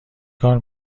کار